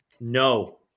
No